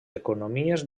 economies